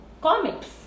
comics